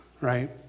right